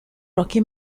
rocky